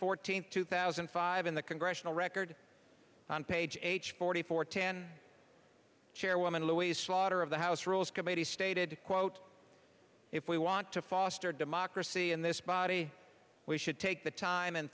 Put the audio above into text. fourteenth two thousand and five in the congressional record on page forty four ten chairwoman louise slaughter of the house rules committee stated to quote if we want to foster democracy in this body we should take the time and